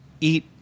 eat